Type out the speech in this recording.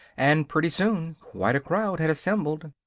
and pretty soon quite a crowd had assembled.